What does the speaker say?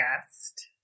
guest